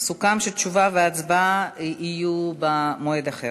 סוכם שתשובה והצבעה יהיו במועד אחר.